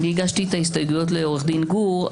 הגשתי את ההסתייגויות לעורך דין גור.